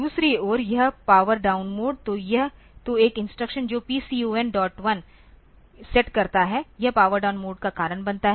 दूसरी ओर यह पावर डाउन मोड तो एक इंस्ट्रक्शन जो PCON1 सेट करता है यह पावर डाउन मोड का कारण बनता है